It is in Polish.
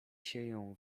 sieją